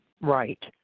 Right